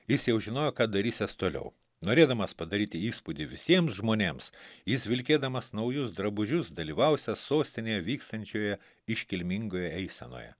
jis jau žinojo ką darysiąs toliau norėdamas padaryti įspūdį visiems žmonėms jis vilkėdamas naujus drabužius dalyvausiąs sostinėje vykstančioje iškilmingoje eisenoje